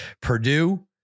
Purdue